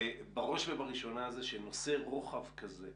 נושא רוחב כמו